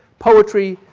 poetry,